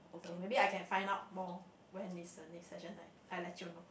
so maybe I can find out more when is the next session I I let you know